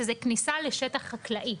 שזה כניסה לשטח חקלאי.